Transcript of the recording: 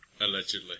Allegedly